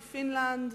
מפינלנד.